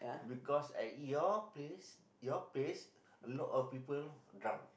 because I eat your place your place a lot of people drunk